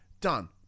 Done